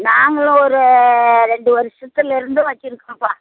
நாங்களும் ஒரு ரெண்டு வருசத்துலேருந்து வச்சுருக்கோம்ப்பா